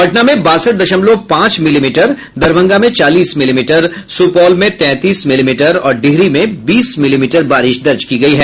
पटना में बासठ दशमलव पांच मिलीमीटर दरभंगा में चालीस मिलीमीटर सुपौल में तैंतीस मिलीमीटर और डिहरी में बीस मिलीमीटर बारिश दर्ज की गयी है